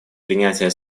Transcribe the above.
принятие